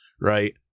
right